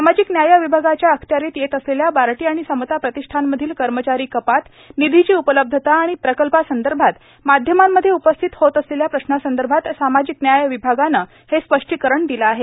सामाजिक न्याय विभागाच्या अखत्यारित येत असलेल्या बार्टी आणि समता प्रतिष्ठानमधील कर्मचारी कपात निधीची उपलब्धता आणि प्रकल्पासंदर्भात माध्यमांमध्ये उपस्थित होत असलेल्या प्रश्नासंदर्भात सामाजिक न्याय विभागाने हे स्पष्टीकरण दिले आहे